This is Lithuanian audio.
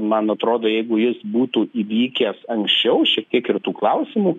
man atrodo jeigu jis būtų įvykęs anksčiau šiek tiek ir tų klausimų